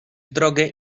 drogę